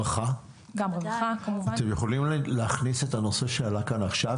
אתם יכולים להכניס את הנושא שעלה כאן עכשיו,